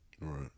Right